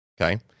Okay